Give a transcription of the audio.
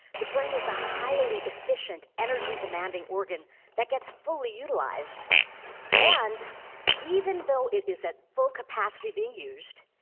the brain is a highly efficient, energy-demanding organ that gets fully utilized and even though it is at full capacity being used,